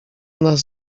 nas